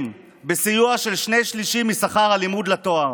בסיוע של שני-שלישים משכר הלימוד לתואר.